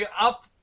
up